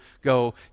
go